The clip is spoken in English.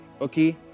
okay